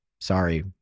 sorry